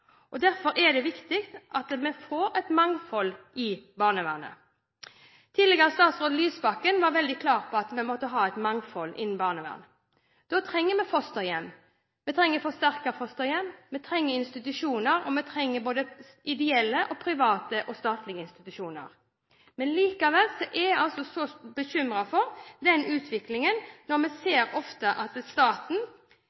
Derfor er det viktig at vi får et mangfold i barnevernet. Tidligere statsråd Lysbakken var veldig klar på at man måtte ha et mangfold innen barnevernet. Da trenger vi fosterhjem. Vi trenger forsterkede fosterhjem, vi trenger institusjoner, og vi trenger ideelle, private og statlige institusjoner. Likevel er vi bekymret for utviklingen når staten ofte sier: Bruk våre institusjoner i stedet for en privat eller ideell institusjon, fordi vi